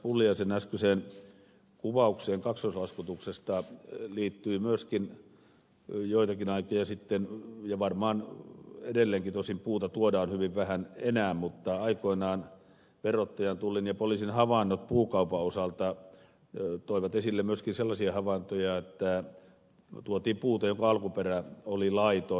pulliaisen äskeiseen kuvaukseen kaksoislaskutuksesta liittyen myöskin joitakin aikoja sitten ja varmaan edelleenkin tosin puuta tuodaan hyvin vähän enää mutta aikoinaan verottajan tullin ja poliisin havainnot puukaupan osalta toivat esille myöskin sellaisia havaintoja että tuotiin puuta jonka alkuperä oli laiton